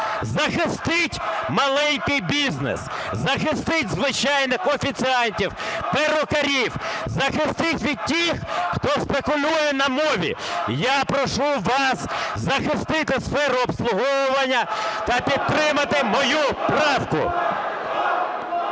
Захистіть маленький бізнес, захистіть звичайних офіціантів, перукарів, захистіть від тих, хто спекулює на мові. Я прошу вас захистити сферу обслуговування та підтримати мою правку.